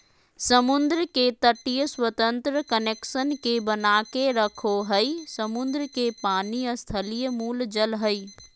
समुद्र के तटीय स्वतंत्र कनेक्शन के बनाके रखो हइ, समुद्र के पानी स्थलीय मूल जल हइ